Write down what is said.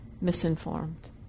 misinformed